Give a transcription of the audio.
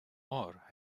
are